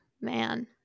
man